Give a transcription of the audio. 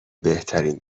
بهترین